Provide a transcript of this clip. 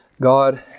God